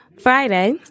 Friday